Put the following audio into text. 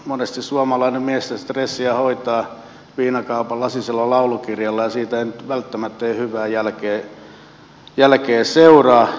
monesti suomalainen mies sitä stressiä hoitaa viinakaupan lasisella laulukirjalla ja siitä ei nyt välttämättä hyvää jälkeä seuraa